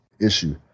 issue